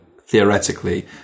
theoretically